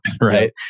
right